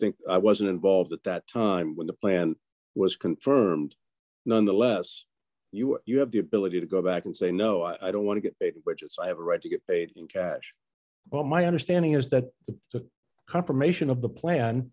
think i wasn't involved at that time when the plan was confirmed nonetheless you are you have the ability to go back and say no i don't want to get it which is i have a right to get well my understanding is that the confirmation of the plan